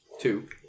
Two